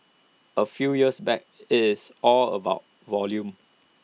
A few years back IT is all about volume